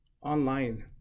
online